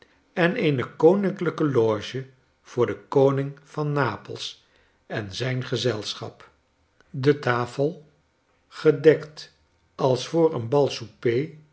en eene koninklijke loge voor den koning van n a p e s en zijn gezelschap de tafel gedekt als voor j een